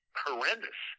horrendous